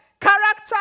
Character